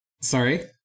Sorry